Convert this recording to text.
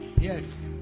Yes